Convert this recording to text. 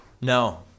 no